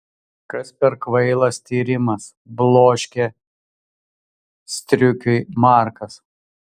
kas per kvailas tyrimas bloškė striukiui markas